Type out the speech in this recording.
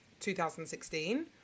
2016